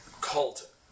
cult